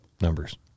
numbers